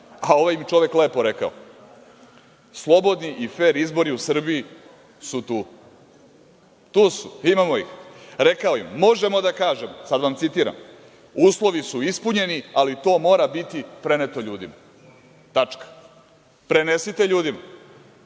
a ovaj čovek im je lepo rekao – slobodni i fer izbori u Srbiji su tu. Tu su, imamo ih. Rekao im je – možemo da kažemo, sada vam citiram – uslovi su ispunjeni, ali to mora biti preneto ljudima. Prenesite ljudima.